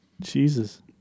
Jesus